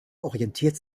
orientiert